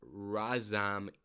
razam